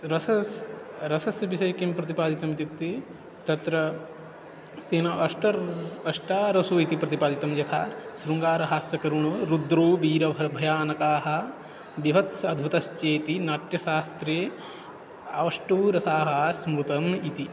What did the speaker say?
रसः रसस्य विषये किं प्रतिपादितं इत्युक्ते तत्र तेन अष्ट अष्ट रसाः इति प्रतिपादितं यथा शृङ्गारः हास्यः करूणः रौद्रः बीरः भयानकः बीभत्साद्भुतश्चेति नाट्यशास्त्रे अष्टौ रसाः स्मृतम् इति